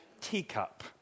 teacup